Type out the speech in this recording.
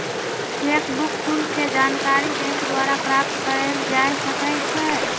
cheque book शुल्क के जानकारी बैंक द्वारा प्राप्त कयल जा सकइ छइ